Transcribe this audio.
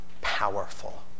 powerful